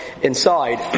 inside